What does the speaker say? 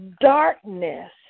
darkness